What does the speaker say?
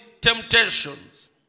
temptations